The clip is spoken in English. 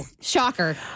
Shocker